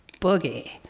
Boogie